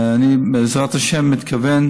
ובעזרת השם, אני מתכוון